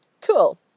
cool